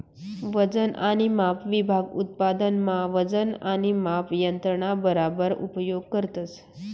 वजन आणि माप विभाग उत्पादन मा वजन आणि माप यंत्रणा बराबर उपयोग करतस